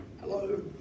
hello